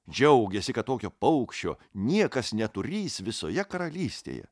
džiaugėsi kad tokio paukščio niekas neturįs visoje karalystėje